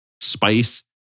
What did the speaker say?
spice